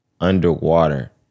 underwater